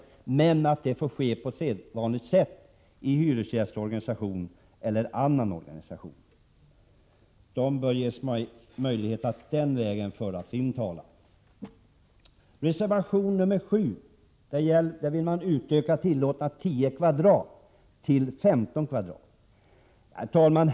Vi anser emellertid att de handikappade bör kunna ges möjligheter att på sedvanligt sätt föra sin talan i hyresgästeller annan organisation. I reservation 7 vill man öka tillåtna 10 m? till 15 m?.